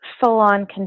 full-on